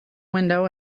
window